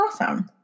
awesome